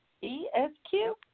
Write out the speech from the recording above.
E-S-Q